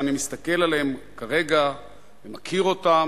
ואני מסתכל עליהם כרגע ואני מכיר אותם